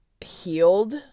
healed